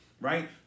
Right